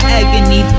agony